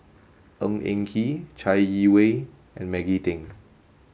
Ng Eng Kee Chai Yee Wei and Maggie Teng